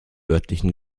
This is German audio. örtlichen